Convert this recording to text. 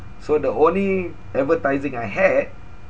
so the only advertising I had